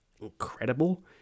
incredible